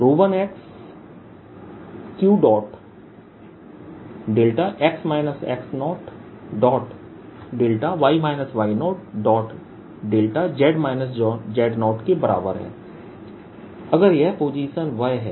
1 Qδδδके बराबर है अगर यह पोजीशन वह है